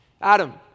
Adam